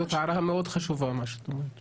--- זאת הערה מאוד חשובה מה שאת אומרת,